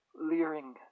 Leering